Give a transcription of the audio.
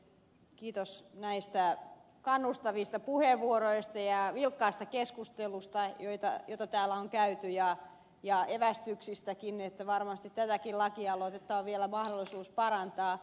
kiitos näistä kannustavista puheenvuorosta ja vilkkaasta keskustelusta jota täällä on käyty ja evästyksistäkin varmasti tätäkin lakialoitetta on vielä mahdollisuus parantaa